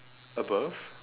above